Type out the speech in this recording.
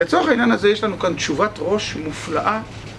לצורך העניין הזה יש לנו כאן 'תשובת רא"ש' מופלאה